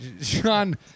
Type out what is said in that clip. Sean